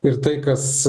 ir tai kas